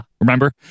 Remember